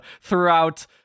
throughout